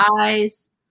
eyes